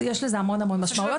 יש לזה המון משמעויות.